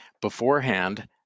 beforehand